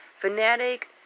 fanatic